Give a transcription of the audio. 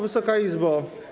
Wysoka Izbo!